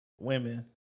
Women